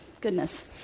Goodness